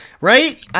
right